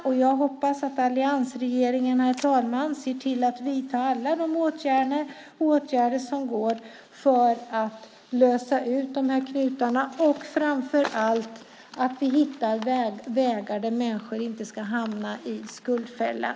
Jag hoppas, herr talman, att alliansregeringen vidtar alla de åtgärder som är möjliga för att lösa dessa knutar och att vi hittar vägar så att människor inte ska hamna i skuldfällan.